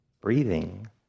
breathing